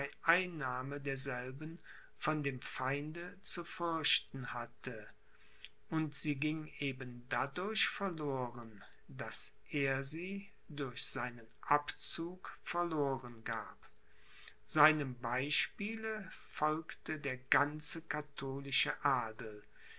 einnahme derselben von dem feinde zu fürchten hatte und sie ging eben dadurch verloren daß er sie durch seinen abzug verloren gab seinem beispiele folgte der ganze katholische adel